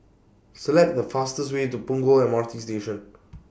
Select The fastest Way to Punggol M R T Station